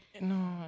No